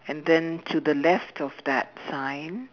and then to the left of that sign